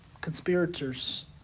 conspirators